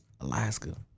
Alaska